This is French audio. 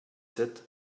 sept